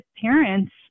parents